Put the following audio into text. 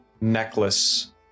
necklace